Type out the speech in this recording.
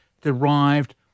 derived